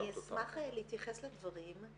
אני אשמח להתייחס לדברים.